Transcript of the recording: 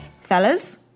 Fellas